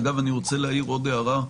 אני רוצה להעיר עוד הערה לסיום.